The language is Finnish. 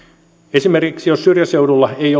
esimerkiksi jos syrjäseudulla ei